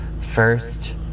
first